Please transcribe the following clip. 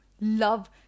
love